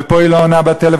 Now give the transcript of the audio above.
ופה היא לא עונה בטלפון.